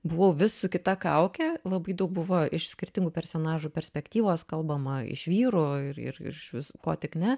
buvau vis su kita kauke labai daug buvo iš skirtingų personažų perspektyvos kalbama iš vyro ir ir išvis ko tik ne